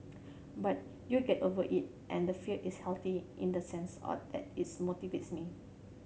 but you get over it and the fear is healthy in the sense are that its motivates me